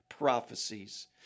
prophecies